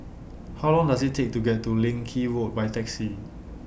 How Long Does IT Take to get to Leng Kee Road By Taxi